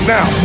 Now